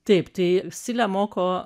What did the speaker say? taip tai scilę moko